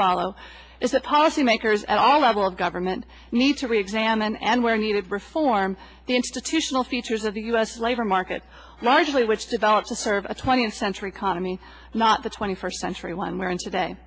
follow is the policy makers at all levels of government need to reexamine and where needed reform the institutional features of the u s labor market largely which developed to serve a twentieth century economy not the twenty first century one we're in today